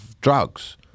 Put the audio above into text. drugs